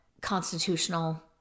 constitutional